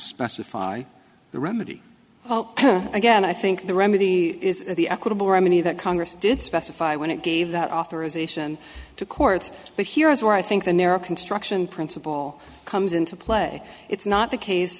specify the remedy again i think the remedy is the equitable remedy that congress did specify when it gave that authorization to courts but here is where i think the narrow construction principle comes into play it's not the case